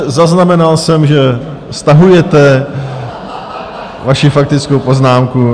Zaznamenal jsem, že stahujete vaši faktickou poznámku.